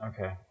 Okay